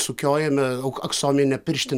sukiojame aksomine pirštin